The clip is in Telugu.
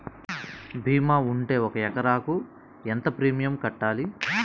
భీమా ఉంటే ఒక ఎకరాకు ఎంత ప్రీమియం కట్టాలి?